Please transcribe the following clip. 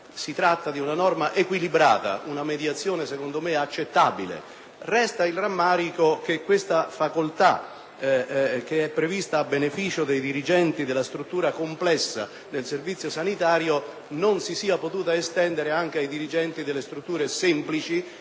Si tratta di una norma equilibrata e di una mediazione accettabile; resta il rammarico che questa facoltà, che è prevista a beneficio dei dirigenti della struttura complessa del Servizio sanitario, non si sia potuta estendere anche ai dirigenti delle strutture semplici